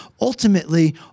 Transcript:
ultimately